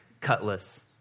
Cutlass